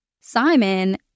Simon